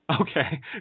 okay